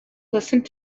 listened